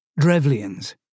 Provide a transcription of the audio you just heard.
Drevlians